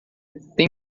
tem